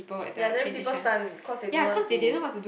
ya then people stun cause they don't know what to do